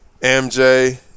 MJ